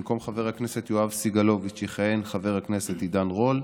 במקום חבר הכנסת יואב סגלוביץ' יכהן חבר הכנסת עידן רול,